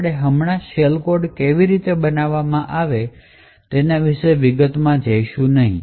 આપણે હમણાં shell code કેવી રીતે બનાવવામાં આવે છે તેના વિશે વિગતોમાં જશે નહીં